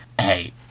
Hey